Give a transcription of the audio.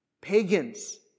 pagans